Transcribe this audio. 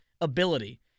ability